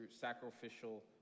sacrificial